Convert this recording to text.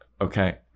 Okay